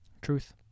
truth